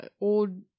old